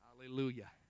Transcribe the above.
hallelujah